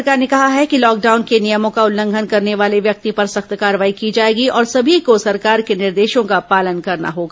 केंद्र सरकार ने कहा है कि लॉकडाउन के नियमों का उल्लंघन करने वाले व्यक्ति पर सख्त कार्रवाई की जाएगी और सभी को सरकार के निर्देशों का पालन करना होगा